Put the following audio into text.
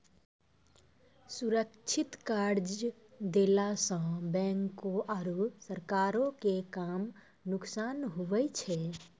सुरक्षित कर्जा देला सं बैंको आरू सरकारो के कम नुकसान हुवै छै